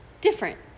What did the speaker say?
different